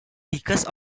because